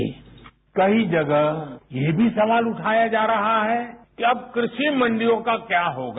bite कई जगह ये भी सवाल उठाया जा रहा है कि अब कृषि मंडियों का क्या होगा